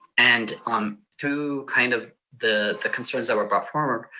and um to kind of the the concerns that were brought forward,